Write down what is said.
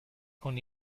con